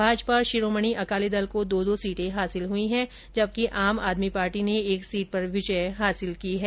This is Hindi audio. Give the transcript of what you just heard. भाजपा और शिरोमणि अकाली दल को दो दो सीटे हासिल हई है जबकि आम आदमी पार्टी ने एक सीट पर विजय हासिल की है